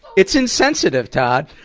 it's insensitive, todd.